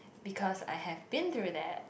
because I have been through that